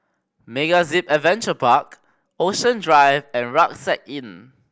MegaZip Adventure Park Ocean Drive and Rucksack Inn